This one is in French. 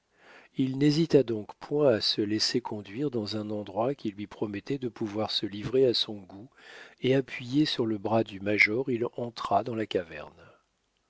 il n'hésita donc point à se laisser conduire dans un endroit qui lui promettait de pouvoir se livrer à son goût et appuyé sur le bras du major il entra dans la caverne